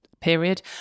period